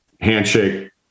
Handshake